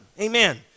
Amen